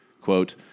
Quote